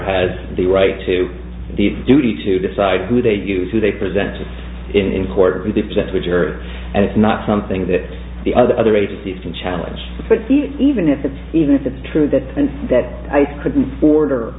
has the right to the duty to decide who they use who they presented in court which are and it's not something that the other agencies can challenge but the even if it's even if it's true that and that i couldn't